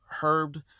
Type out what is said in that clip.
herbed